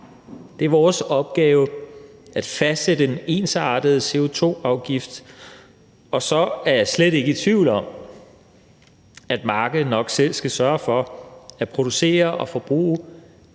Det er vores opgave at fastsætte en ensartet CO2-afgift, og så er jeg slet ikke i tvivl om, at markedet nok selv skal sørge for at producere og forbruge mere